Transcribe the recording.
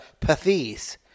pathies